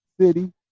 City